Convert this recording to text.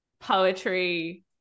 poetry